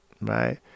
right